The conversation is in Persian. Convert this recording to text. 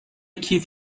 کیف